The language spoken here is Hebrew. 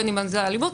בין אם זה אלימות,